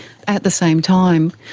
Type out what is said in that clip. at the same time,